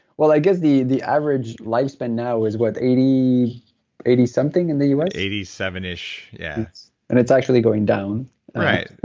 well, i guess the the average lifespan now is, what, eighty eighty something in the us? eighty seven ish, ish, yeah and it's actually going down right.